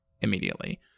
immediately